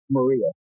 Maria